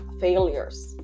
failures